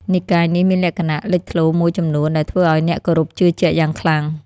និកាយនេះមានលក្ខណៈលេចធ្លោមួយចំនួនដែលធ្វើឲ្យអ្នកគោរពជឿជាក់យ៉ាងខ្លាំង។